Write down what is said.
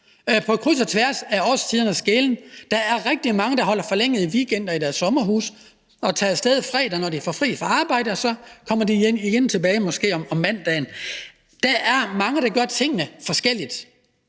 på kryds og tværs af årstiderne. Der er rigtig mange, der holder forlænget weekend i deres sommerhus – de tager af sted fredag, når de får fri fra arbejde, og så kommer de tilbage igen måske mandag. Der er mange, der gør tingene forskelligt.